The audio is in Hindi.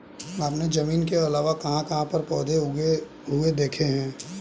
आपने जमीन के अलावा कहाँ कहाँ पर पौधे उगे हुए देखे हैं?